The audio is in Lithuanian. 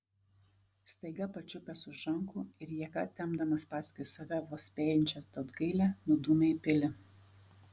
staiga pačiupęs už rankų ir jėga tempdamas paskui save vos spėjančią tautgailę nudūmė į pilį